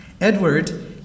Edward